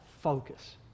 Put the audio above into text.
focus